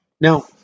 Now